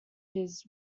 his